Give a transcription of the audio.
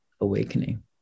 awakening